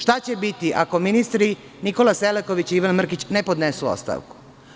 Šta će biti ako ministri Nikola Selaković i Ivan Mrkić ne podnesu ostavku?